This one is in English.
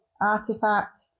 artifact